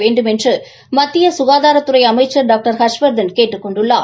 வேண்டுமென்று மத்திய சுகாதாரத்துறை அமைச்சர் டாக்டர் ஹர்ஷவர்தன் கேட்டுக் கொண்டுள்ளார்